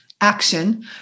action